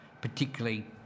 particularly